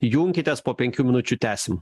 junkitės po penkių minučių tęsim